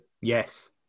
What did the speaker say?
Yes